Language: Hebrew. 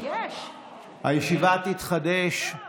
הישיבה תתחדש, לא,